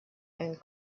and